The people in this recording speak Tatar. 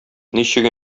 ничек